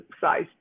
size